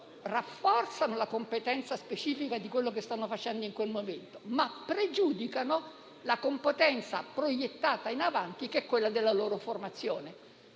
senso rafforzano la competenza specifica legata a quanto stanno facendo in quel momento, ma pregiudicano la competenza proiettata in avanti, che è quella della loro formazione.